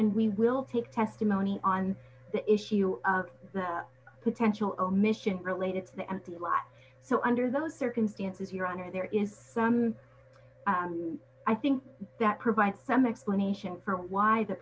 and we will take testimony on the issue of potential omission related to the empty lot so under those circumstances your honor there is some i think that provides some explanation for why the